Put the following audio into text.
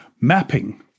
mapping